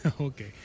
Okay